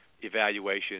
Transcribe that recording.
evaluation